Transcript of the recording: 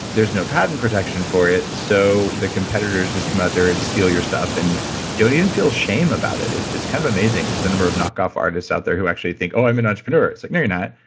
there's no patent protection for it, so the competitors just come out there and steal your stuff and don't even feel shame about it. it's it's kind of amazing, the number of knockoff artists out there who actually think, oh, i'm an entrepreneur. it's like, no you're not.